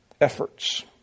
efforts